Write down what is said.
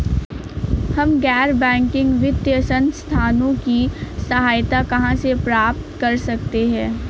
हम गैर बैंकिंग वित्तीय संस्थानों की सहायता कहाँ से प्राप्त कर सकते हैं?